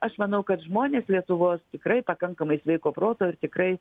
aš manau kad žmonės lietuvos tikrai pakankamai sveiko proto ir tikrai